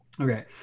Okay